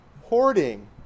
Hoarding